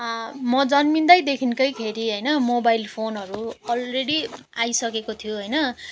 म जन्मँदादेखिकै खेरि होइन मोबाइल फोनहरू अलरेडी आइसकेको थियो होइन